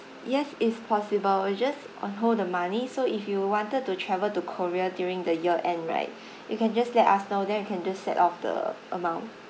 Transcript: yes it's possible we'll just on hold the money so if you wanted to travel to korea during the year end right you can just let us know then we can just set off the amount